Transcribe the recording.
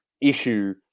issue